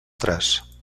tres